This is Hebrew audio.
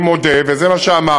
אני מודה, וזה מה שאמרתי,